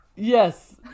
Yes